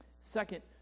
Second